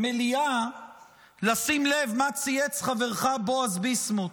המליאה לשים לב מה צייץ חברך בועז ביסמוט.